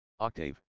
Octave